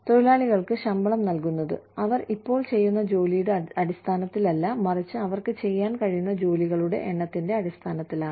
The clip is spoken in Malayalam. തൊഴിലാളികൾക്ക് ശമ്പളം നൽകുന്നത് അവർ ഇപ്പോൾ ചെയ്യുന്ന ജോലിയുടെ അടിസ്ഥാനത്തിലല്ല മറിച്ച് അവർക്ക് ചെയ്യാൻ കഴിയുന്ന ജോലികളുടെ എണ്ണത്തിന്റെ അടിസ്ഥാനത്തിലാണ്